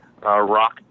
rock